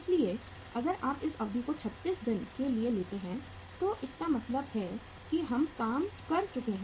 इसलिए अगर आप इस अवधि को 36 दिनों के लिए लेते हैं तो इसका मतलब है कि यह काम कर चुका है